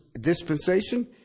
dispensation